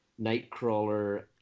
Nightcrawler